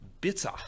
bitter